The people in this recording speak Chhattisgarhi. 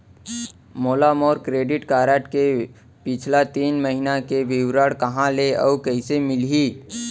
मोला मोर क्रेडिट कारड के पिछला तीन महीना के विवरण कहाँ ले अऊ कइसे मिलही?